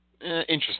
interesting